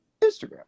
instagram